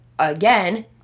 again